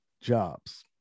jobs